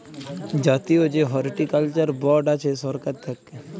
জাতীয় যে horticulture board আছে সরকার থাক্যে